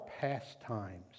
pastimes